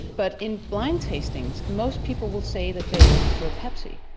but in blind tastings most people will say that they prefer pepsi,